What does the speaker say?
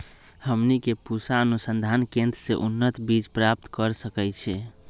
हमनी के पूसा अनुसंधान केंद्र से उन्नत बीज प्राप्त कर सकैछे?